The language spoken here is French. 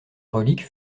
reliques